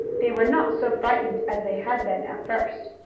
they were not so frightened as they had been at first.